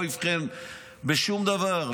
לא הבחין בשום דבר,